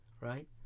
right